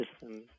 system